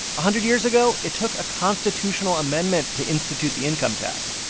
a hundred years ago, it took a constitutional amendment to institute the income tax.